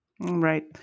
Right